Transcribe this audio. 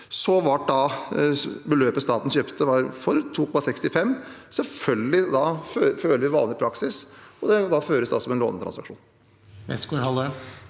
Så ble beløpet staten kjøpte for, på 2,65 mrd. kr. Selvfølgelig følger vi da vanlig praksis, og det føres som en lånetransaksjon.